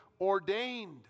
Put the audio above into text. ordained